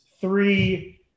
three